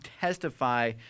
testify